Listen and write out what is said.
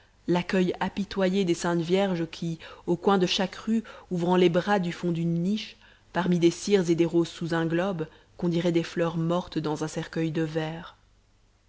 l'accueil apitoyé des saintes vierges qui au coin de chaque rue ouvrant les bras du fond d'une niche parmi des cires et des roses sous un globe qu'on dirait des fleurs mortes dans un cercueil de verre